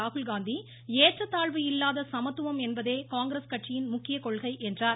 ராகுல்காந்தி ஏற்றத்தாழ்வு இல்லாத சமத்துவம் என்பதே காங்கிரஸ் கட்சியின் முக்கிய கொள்கை என்றார்